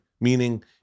meaning